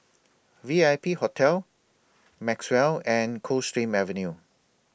V I P Hotel Maxwell and Coldstream Avenue